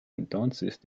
entonces